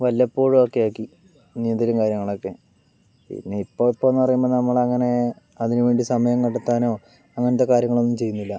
വല്ലപ്പോഴൊക്കേ ആക്കി നീന്തലും കാര്യങ്ങളൊക്കെ പിന്നെ ഇപ്പോ ഇപ്പോന്ന് പറയുമ്പോൾ നമ്മളങ്ങനേ അതിന് വേണ്ടി സമയം കണ്ടെത്താനോ അങ്ങനത്തെ കാര്യങ്ങളൊന്നും ചെയ്യുന്നില്ല